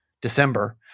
December